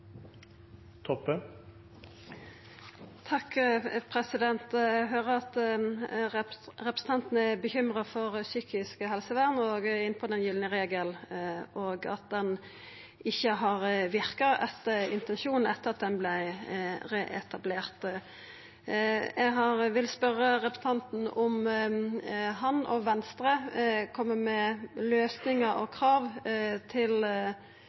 at representanten er bekymra for psykisk helsevern og er inne på at den gylne regelen ikkje har verka etter intensjonen etter at han vart reetablert. Eg vil spørja representanten om han og Venstre kjem med løysingar og krav til